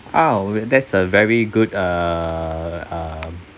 ah that's a very good uh um